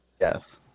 Yes